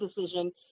decision